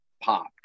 popped